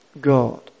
God